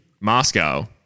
Moscow